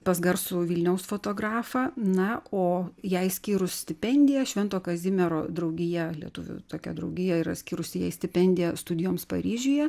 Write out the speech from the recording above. pas garsų vilniaus fotografą na o jai skyrus stipendiją švento kazimiero draugija lietuvių tokia draugija yra skyrusi jai stipendiją studijoms paryžiuje